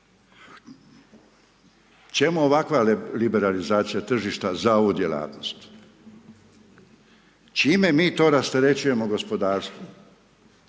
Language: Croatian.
čemu ovakva liberalizacija tržišta za ovu djelatnost? Čime mi to rasterećujemo gospodarstvo